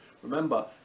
remember